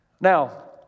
Now